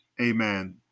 amen